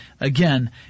again